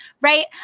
right